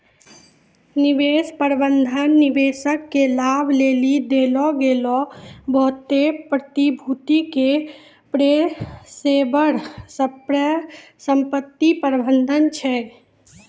निवेश प्रबंधन निवेशक के लाभ लेली देलो गेलो बहुते प्रतिभूति के पेशेबर परिसंपत्ति प्रबंधन छै